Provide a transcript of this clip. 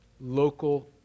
local